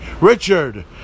Richard